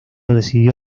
decidió